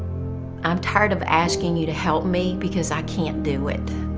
i'm tired of asking you to help me, because i can't do it.